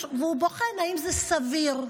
והוא בוחן אם זה סביר.